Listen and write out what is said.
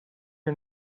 her